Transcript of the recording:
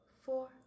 four